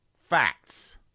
facts